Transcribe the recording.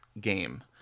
game